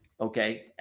okay